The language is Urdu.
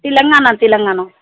تلنگانہ تلنگانہ